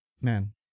man